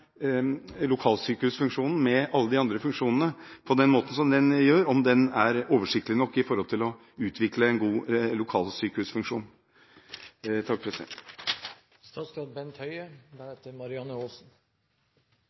lokalsykehusfunksjonen med alle de andre funksjonene på den måten som man gjør, om modellen er oversiktlig nok med tanke på å utvikle en god lokalsykehusfunksjon.